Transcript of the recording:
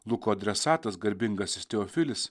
luko adresatas garbingasis teofilis